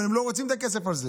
אבל הם לא רוצים את הכסף הזה,